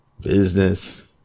business